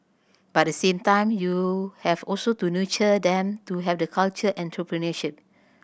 but the same time you have also to nurture them to have the culture entrepreneurship